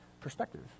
perspective